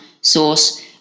source